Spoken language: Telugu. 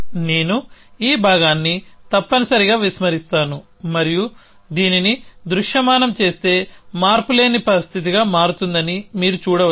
నేను ఈ భాగాన్ని తప్పనిసరిగా విస్మరిస్తాను మరియు మీరు దీనిని దృశ్యమానం చేస్తే మార్పులేని పరిస్థితిగా మారుతుందని మీరు చూడవచ్చు